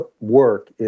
work